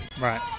Right